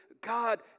God